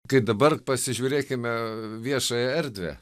kaip dabar pasižiūrėkime viešąją erdvę